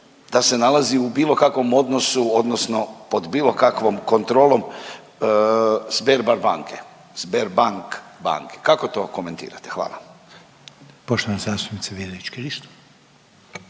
da se nalazi u bilo kakvom odnosu odnosno pod bilo kakvom kontrolom Sberbar banke, Sberbank banke. Kako to komentirate? Hvala. **Reiner,